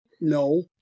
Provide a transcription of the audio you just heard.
No